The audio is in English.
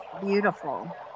beautiful